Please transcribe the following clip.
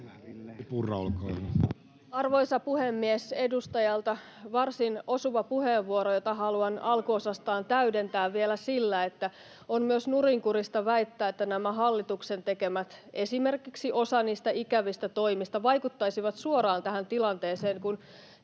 Arvoisa puhemies! Edustajalta varsin osuva puheenvuoro, jota haluan alkuosastaan täydentää vielä sillä, että on myös nurinkurista väittää, että esimerkiksi osa näistä hallituksen tekemistä ikävistä toimista vaikuttaisi suoraan tähän tilanteeseen, kun